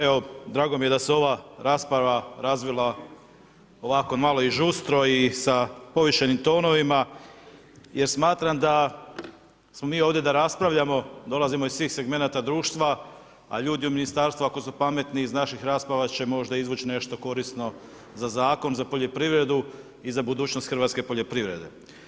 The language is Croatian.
Evo, drago mi je da se ova rasprava razvila ovako malo i žustro i sa povišenim tonovima jer smatram da smo mi ovdje da raspravljamo, dolazimo iz svih segmenata društva, a ljudi u Ministarstvu ako su pametni iz naših rasprava će možda izvuć nešto korisno za zakon za poljoprivredu i za budućnost hrvatske poljoprivrede.